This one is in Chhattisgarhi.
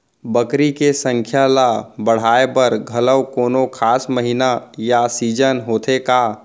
बकरी के संख्या ला बढ़ाए बर घलव कोनो खास महीना या सीजन होथे का?